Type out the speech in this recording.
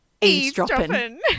eavesdropping